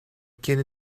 quien